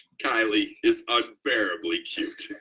kylie is unbearably cute. and